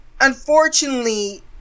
Unfortunately